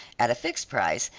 at a fixed price,